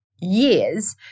years